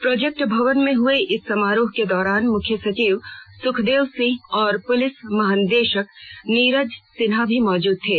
project Bhawan में हुए इस समारोह के दौरान मुख्य सचिव सुखदेव सिंह और पुलिस महानिदेशक नीरज सिन्हा भी मौजूद थे